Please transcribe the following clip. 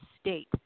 state